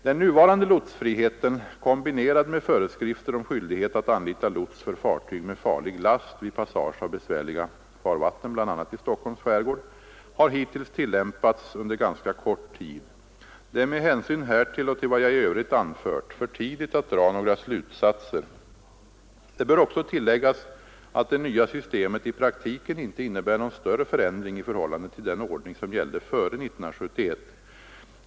Den nuvarande lotsfriheten kombinerad med föreskrifter om skyldighet att anlita lots för fartyg med farlig last vid passage av besvärliga farvatten — bl.a. i Stockholms skärgård — har hittills tillämpats under ganska kort tid. Det är med hänsyn härtill och till vad jag i övrigt anfört för tidigt att dra några slutsatser. Det bör också tilläggas att det nya systemet i praktiken inte innebär någon större förändring i förhållande till den ordning som gällde före 1971.